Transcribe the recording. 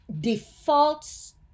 defaults